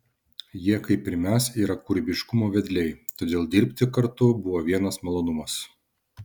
jie kaip ir mes yra kūrybiškumo vedliai todėl dirbti kartu buvo vienas malonumas